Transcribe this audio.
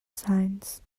signs